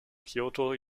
kyoto